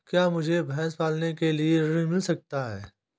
क्या मुझे भैंस पालने के लिए ऋण मिल सकता है?